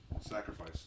Sacrifice